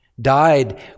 died